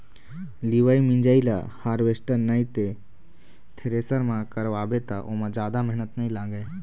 लिवई मिंजई ल हारवेस्टर नइ ते थेरेसर म करवाबे त ओमा जादा मेहनत नइ लागय